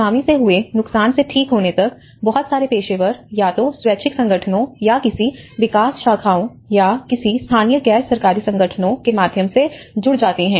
tsunami से हुए नुकसान से ठीक होने तक बहुत सारे पेशेवर या तो स्वैच्छिक संगठनों या किसी विकास शाखाओं या किसी स्थानीय गैर सरकारी संगठनों के माध्यम से जुड़ जाते हैं